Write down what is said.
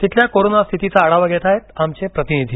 तिथल्या कोरोना स्थितीचा आढावा घेत आहेत आमचे प्रतिनिधी